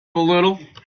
little